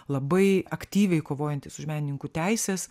labai aktyviai kovojantys už menininkų teises